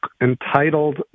entitled